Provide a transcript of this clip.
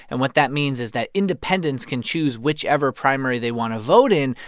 and what that means is that independents can choose whichever primary they want to vote in,